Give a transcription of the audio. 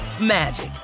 magic